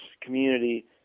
community